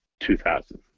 2000